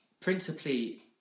Principally